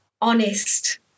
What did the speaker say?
honest